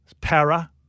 Para